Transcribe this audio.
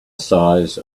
size